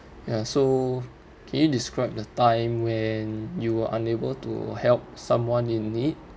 ya so can you describe the time when you were unable to help someone in need